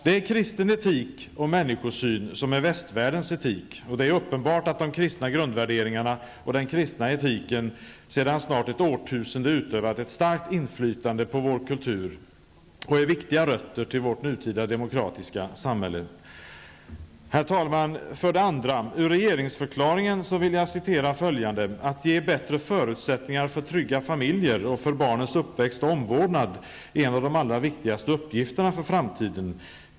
Det är kristen etik och människosyn som är västvärldens etik. Det är uppenbart att de kristna grundvärderingarna och den kristna etiken sedan snart ett årtusende utövat ett starkt inflytande på vår kultur och är viktiga rötter till vårt nutida demokratiska samhälle. Herr talman! Ur regeringsförklaringen vill jag för det andra citera följande: ''Att ge bättre förutsättningar för trygga familjer och för barnens uppväxt och omvårdnad i vårt moderna samhälle är en av de allra viktigaste uppgifterna för framtiden.